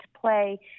play